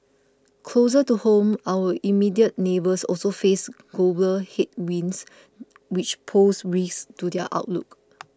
closer to home our immediate neighbours also face global headwinds which pose risks to their outlook